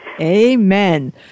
Amen